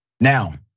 Now